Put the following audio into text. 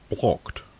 blocked